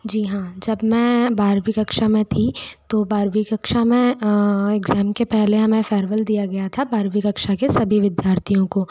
जी हाँ जब मैं बारहवीं कक्षा में थी तो बारहवीं कक्षा में एग्जाम के पहले हमें फेयरवेल दिया गया था बारहवीं कक्षा के सभी विद्यार्थियों को